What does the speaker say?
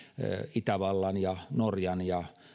itävallan ja norjan ja